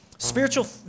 Spiritual